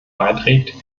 beiträgt